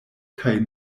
kaj